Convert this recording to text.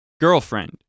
girlfriend